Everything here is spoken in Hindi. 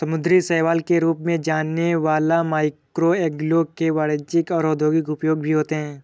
समुद्री शैवाल के रूप में जाने वाला मैक्रोएल्गे के वाणिज्यिक और औद्योगिक उपयोग भी होते हैं